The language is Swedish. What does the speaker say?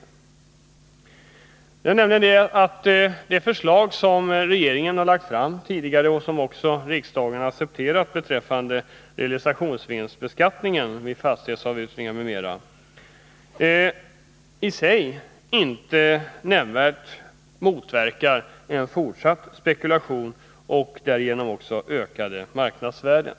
Det förslag till realisationsvinstbeskattning vid fastighetsavyttringar m.m. som regeringen tidigare har lagt fram och som också antagits av riksdagen motverkar i sig inte nämnvärt tendenser till fortsatt spekulation och därmed inte heller ökningar av marknadsvärdena.